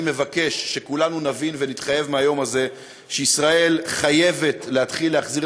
אני מבקש שכולנו נבין ונתחייב מהיום הזה שישראל חייבת להתחיל להחזיר